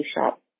shop